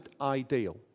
ideal